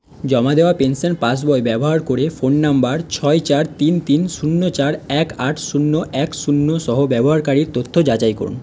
জমা দেওয়া পেনশন পাসবই ব্যবহার করে ফোন নম্বর ছয় চার তিন তিন শূন্য চার এক আট শূন্য এক শূন্য সহ ব্যবহারকারীর তথ্য যাচাই করুন